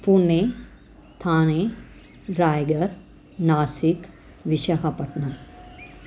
Pune Thane Raigad Nashik Visakhapatnam